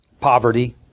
poverty